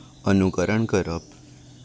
अनुकरण करप